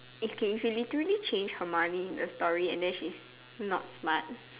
if can literally change Hermione in the story and then she's not smart